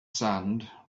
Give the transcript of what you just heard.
sand